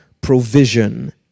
provision